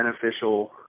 beneficial